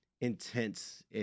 intense